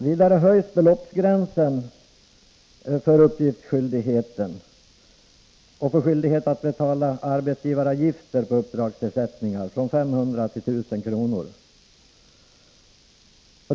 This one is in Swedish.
Vidare skall beloppsgränserna för uppgiftsskyldigheten och för skyldigheten att betala arbetsgivaravgifter för uppdragsersättningar höjas — i båda fallen från 500 till 1000 kr.